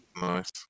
Nice